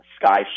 sky